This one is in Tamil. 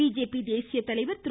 பிஜேபி தேசியத்தலைவர் திரு